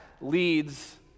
leads